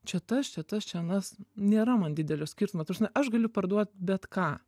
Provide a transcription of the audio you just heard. čia tas čia tas čia anas nėra man didelio skirtumo ta prasme aš galiu parduot bet ką